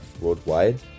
worldwide